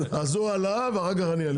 אז הוא עלה ואחר כך אני עליתי.